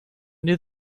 knew